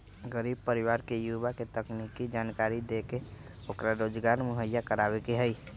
गरीब परिवार के युवा के तकनीकी जानकरी देके ओकरा रोजगार मुहैया करवावे के हई